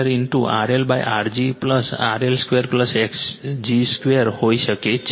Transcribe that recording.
તેથી આ Vg 2 RLR g RL 2 x g 2 હોઈ શકે છે